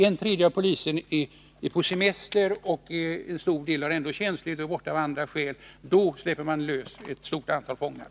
När en tredjedel av poliskåren är på semester och en stor del av den är tjänstledig eller borta av andra skäl, då släpper man lös ett stort antal fångar.